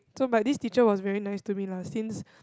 so but this teacher was very nice to me lah since